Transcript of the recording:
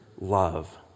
love